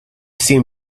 seem